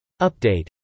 Update